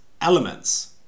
elements